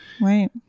right